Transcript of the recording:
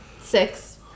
six